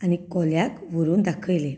आनी कोल्याक व्हरून दाखयलें